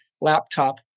laptop